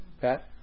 Pat